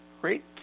great